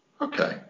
Okay